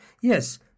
Yes